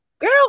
Girl